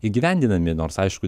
įgyvendinami nors aišku